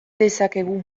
dezakegu